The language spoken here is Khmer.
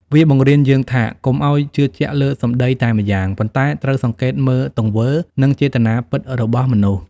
វាបង្រៀនយើងថាកុំឱ្យជឿជាក់លើសម្ដីតែម្យ៉ាង ប៉ុន្តែត្រូវសង្កេតមើលទង្វើ និងចេតនាពិតរបស់មនុស្ស។